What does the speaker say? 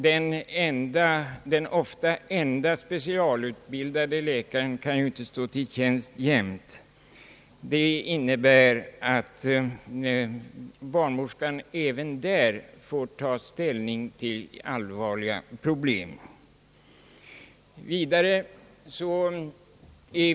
Det är ofta en enda specialutbildad: läkare, som ju inte alltid kan stå till tjänst. Det innebär-att barnmorskan även på sådana avdelningar ensam och självständigt får ta ställning till allvarliga problem.